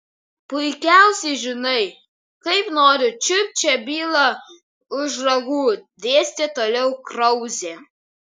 puikiausiai žinai kaip noriu čiupt šią bylą už ragų dėstė toliau krauzė